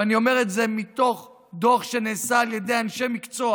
ואני אומר את זה מתוך דוח שנעשה על ידי אנשי מקצוע